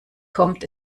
kommt